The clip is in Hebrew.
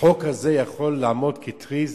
החוק הזה יכול לעמוד כטריז